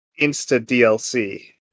insta-DLC